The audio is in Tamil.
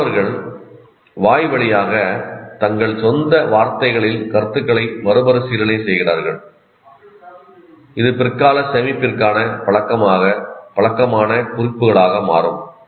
மாணவர்கள் வாய்வழியாக தங்கள் சொந்த வார்த்தைகளில் கருத்துக்களை மறுபரிசீலனை செய்கிறார்கள் இது பிற்கால சேமிப்பிற்கான பழக்கமான குறிப்புகளாக மாறும்